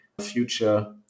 future